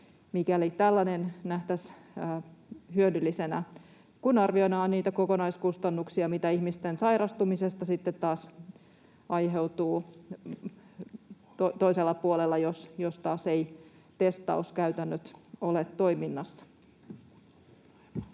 mikäli tällainen nähtäisiin hyödyllisenä, kun arvioidaan niitä kokonaiskustannuksia, mitä ihmisten sairastumisesta sitten taas aiheutuu toisella puolella, jos taas eivät testauskäytännöt ole toiminnassa.